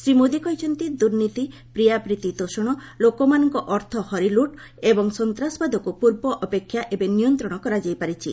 ଶ୍ରୀ ମୋଦି କହିଛନ୍ତି ଦୁର୍ନୀତି ପ୍ରିୟାପ୍ରୀତି ତୋଷଣ ଲୋକମାନଙ୍କ ଅର୍ଥ ହରିଲୁଟ୍ ଏବଂ ସନ୍ତାସବାଦକୁ ପୂର୍ବ ଅପେକ୍ଷା ଏବେ ନିୟନ୍ତ୍ରଣ କରାଯାଇ ପାରିଛି